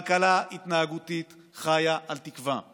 כלכלה התנהגותית חיה על תקווה.